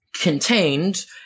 contained